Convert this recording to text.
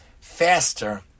faster